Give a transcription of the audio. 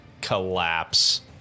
collapse